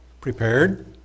prepared